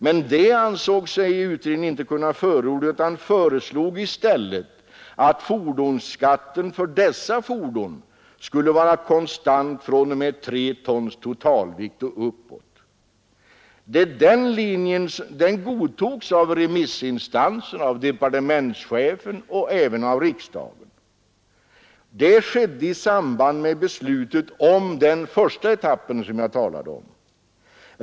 Men det ansåg sig utredningen inte kunna förorda, utan den föreslog i stället att fordonsskatten för dessa fordon skulle vara konstant fr.o.m. 3 tons totalvikt och uppåt. Den linjen godtogs av remissinstanserna, av departementschefen och även av riksdagen. Det skedde i samband med beslutet om den första etappen, som jag talade om.